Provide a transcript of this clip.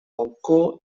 balcó